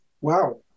wow